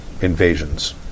invasions